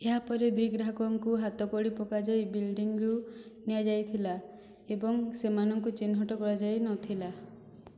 ଏହାପରେ ଦୁଇ ଗ୍ରାହକଙ୍କୁ ହାତକଡ଼ି ପକାଯାଇ ବିଲଡିଂରୁ ନିଆଯାଇଥିଲା ଏବଂ ସେମାନଙ୍କୁ ଚିହ୍ନଟ କରାଯାଇନଥିଲା